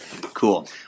Cool